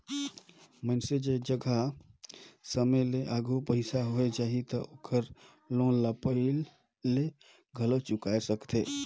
मइनसे जघा समे ले आघु पइसा होय जाही त ओहर लोन ल पहिले घलो चुकाय सकथे